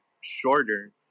shorter